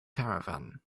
caravan